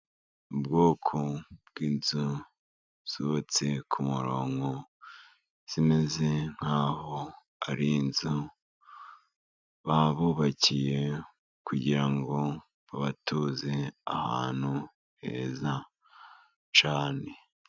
Ubwoko bw'inzu zubatse ku murongo zimeze nkaho ari inzu babubakiye, kugira ngo babatuze ahantu heza cyane.